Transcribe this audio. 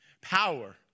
power